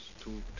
two